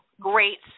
Great